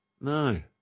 No